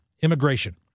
immigration